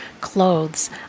clothes